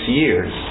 years